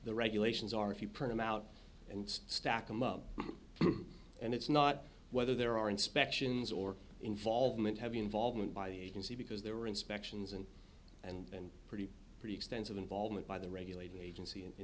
the regulations are if you print him out and stack them up and it's not whether there are inspections or involvement have involvement by the agency because there are inspections and and pretty pretty extensive involvement by the regulator agency